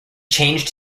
changed